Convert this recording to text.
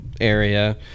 area